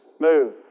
Move